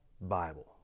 Bible